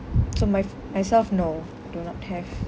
so my f~ myself no do not have